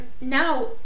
now